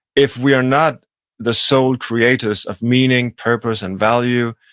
if we are not the sole creators of meaning, purpose, and value,